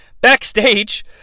Backstage